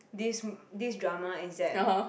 this this drama is that